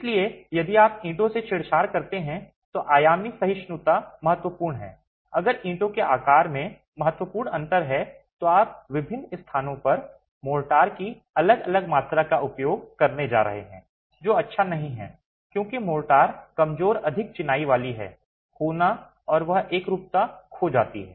इसलिए यदि आप ईंटों से छेड़छाड़ करते हैं तो आयामी सहिष्णुता महत्वपूर्ण है अगर ईंटों के आकार में महत्वपूर्ण अंतर है तो आप विभिन्न स्थानों पर मोर्टार की अलग अलग मात्रा का उपयोग करने जा रहे हैं जो अच्छा नहीं है क्योंकि मोर्टार कमजोर अधिक चिनाई वाली है होना और वह एकरूपता खो जाती है